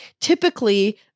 Typically